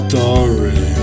Story